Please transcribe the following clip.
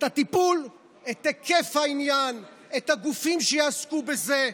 את הטיפול, את היקף העניין, את הגופים שיעסקו בזה,